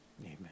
Amen